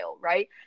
right